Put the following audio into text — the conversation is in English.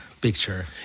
picture